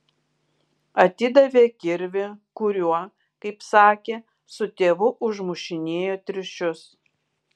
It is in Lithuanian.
atidavė kirvį kuriuo kaip sakė su tėvu užmušinėjo triušius